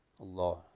Allah